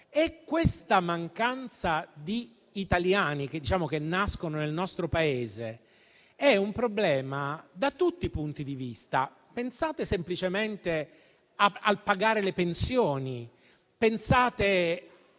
Questa mancanza di italiani che nascono nel nostro Paese è un problema da tutti i punti di vista: pensate semplicemente al pagare le pensioni, pensate